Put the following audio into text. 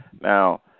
Now